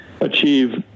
achieve